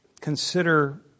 consider